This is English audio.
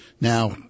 Now